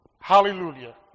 hallelujah